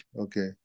okay